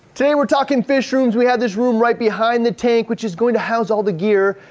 today we're talking fish rooms. we have this room right behind the tank which is going to house all the gear.